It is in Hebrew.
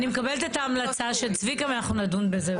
אני מקבלת את ההמלצה של צביקה ואנחנו נדון על זה בקריאה שנייה ושלישית.